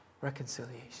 Reconciliation